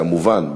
כמובן,